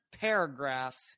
paragraph